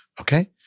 Okay